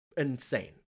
insane